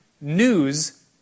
News